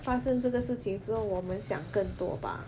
发生这个事情之后我们想更多吧